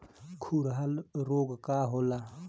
खुरहा रोग का होला?